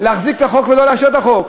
להחזיק את החוק ולא לאשר את החוק.